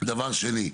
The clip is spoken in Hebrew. דבר שני,